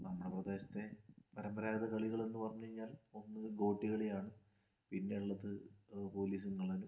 നമ്മുടെ പ്രദേശത്തെ പരമ്പരാഗത കളികളെന്ന് പറഞ്ഞുകഴിഞ്ഞാ ഒന്ന് ഗോട്ടികളി ആണ് പിന്നെ ഉള്ളത് പോലീസും കള്ളനും